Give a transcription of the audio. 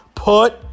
Put